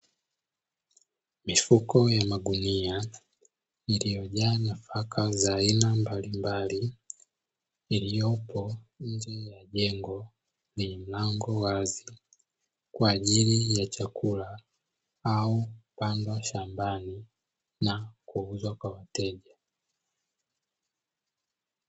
Mifuko ya magunia iliyojaa nafaka za aina mbalimbali iliyopo nje ya jengo lenye mlango wazi kwa ajili ya chakula au kupandwa shambani na kuuzwa kwa wateja.